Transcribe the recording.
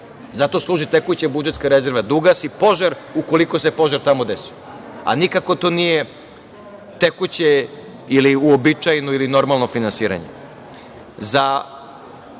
Zato služi tekuća budžetska rezerva, da ugasi požar ukoliko se požar tamo desio, a nikako to nije tekuće ili uobičajeno ili normalno finansiranje.Za